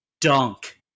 dunk